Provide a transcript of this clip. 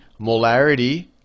molarity